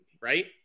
right